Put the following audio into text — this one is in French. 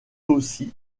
aussi